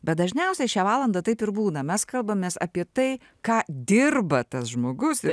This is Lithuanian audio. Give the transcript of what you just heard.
bet dažniausiai šią valandą taip ir būna mes kalbamės apie tai ką dirba tas žmogus ir